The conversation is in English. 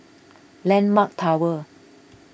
Landmark Tower